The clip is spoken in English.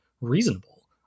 reasonable